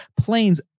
Planes